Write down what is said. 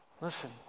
Listen